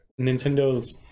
Nintendo's